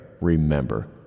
Remember